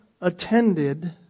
attended